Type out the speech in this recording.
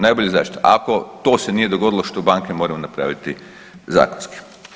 Najbolja zaštita, ako to se nije dogodilo što banke moraju napraviti zakonski.